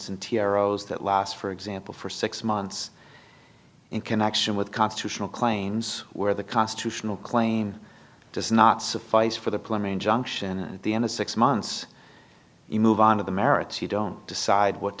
as that last for example for six months in connection with constitutional claims where the constitutional claim does not suffice for the plumbing junction and the end of six months you move on to the merits you don't decide what